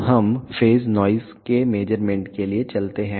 अब हम phase noise के मेज़रमेंट के लिए चलते हैं